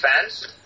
fans